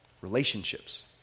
Relationships